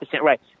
right